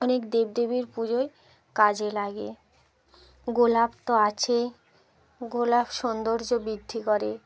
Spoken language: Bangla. অনেক দেবদেবীর পুজোয় কাজে লাগে গোলাপ তো আছেই গোলাপ সৌন্দর্য বৃদ্ধি করে